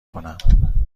کنم